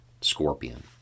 Scorpion